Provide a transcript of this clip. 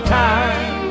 time